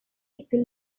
tickle